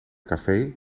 café